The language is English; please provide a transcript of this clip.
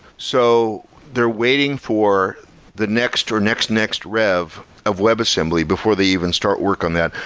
so they're waiting for the next or next, next rev of web assembly before they even start work on that.